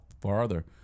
farther